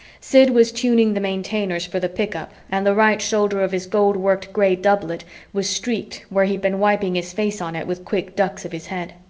sid was tuning the maintainers for the pick-up and the right shoulder of his gold-worked gray doublet was streaked where he'd been wiping his face on it with quick ducks of his head.